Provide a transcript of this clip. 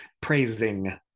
praising